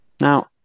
Now